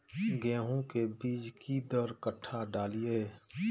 गेंहू के बीज कि दर कट्ठा डालिए?